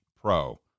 pro